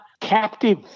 captive